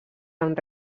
amb